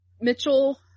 mitchell